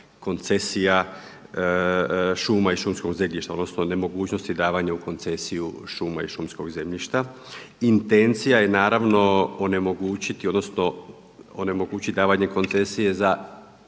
koncesija šuma i šumskog zemljišta odnosno nemogućnosti davanja u koncesiju šuma i šumskog zemljišta. Intencija je naravno onemogućiti odnosno onemogućiti davanje koncesije za